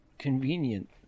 convenient